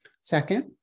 Second